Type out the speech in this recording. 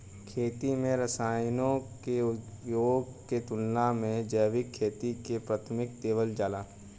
खेती में रसायनों के उपयोग के तुलना में जैविक खेती के प्राथमिकता देवल जाला